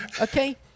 Okay